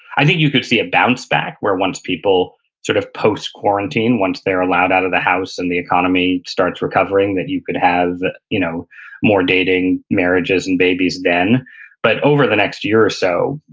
i think you could see a bounce back where once people sort of post-quarantine once they're allowed out of the house and the economy starts recovering that you could have you know more dating, marriages and babies then but over the next year or so